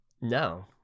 No